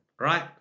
right